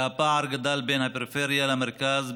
והפער בין הפריפריה למרכז גדל,